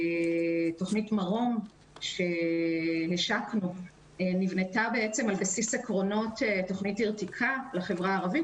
תכנית מרום שהשקנו נבנתה על בסיס עקרונות תכנית אירתקא לחברה הערבית,